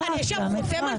אפרת, הנאשם חותם על פסק דין?